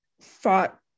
fought